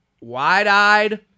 wide-eyed